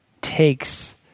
takes